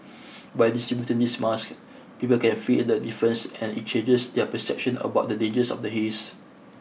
by distributing these masks people can feel the difference and it changes their perception about the dangers of the haze